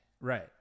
right